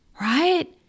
right